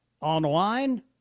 online